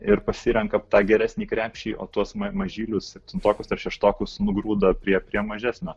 ir pasirenka tą geresnį krepšį o tuos mažylius septintokus ar šeštokus nugrūda prie prie mažesnio